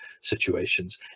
situations